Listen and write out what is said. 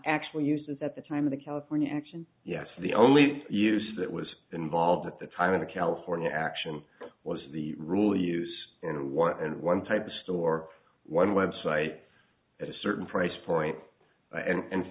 actually used as at the time of the california action yes the only use that was involved at the time of the california action was the rule use and one type of store one website at a certain price point and and